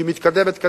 שהיא נעה קדימה,